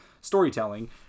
storytelling